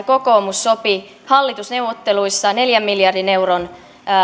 kokoomus sopivat hallitusneuvotteluissa neljän miljardin euron